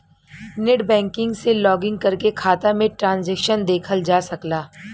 net banking से login करके खाता में ट्रांसैक्शन देखल जा सकला